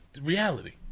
reality